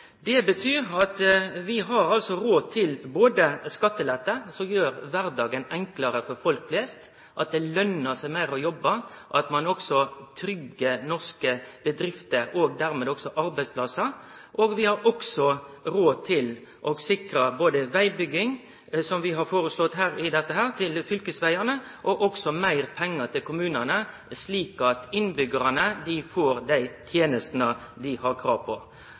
Det betyr at vi har råd til skattelette, som gjer kvardagen enklare for folk flest – det skal lønne seg å jobbe, og det vil også tryggje norske bedrifter og dermed arbeidsplassar. Vi har også råd til å sikre vedlikehald av fylkesvegane, som vi foreslår, og vi har meir pengar til kommunane, slik at innbyggjarane får dei tenestene dei har krav på.